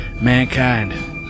Mankind